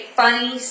funny